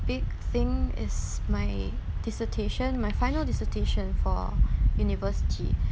big thing is my dissertation my final dissertation for university